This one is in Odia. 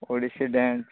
ଓଡ଼ିଶୀ ଡ୍ୟାନ୍ସ୍